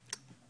כן.